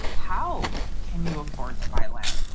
how can you afford to buy land?